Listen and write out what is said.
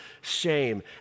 shame